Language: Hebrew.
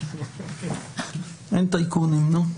אין טייקונים, נו.